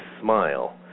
smile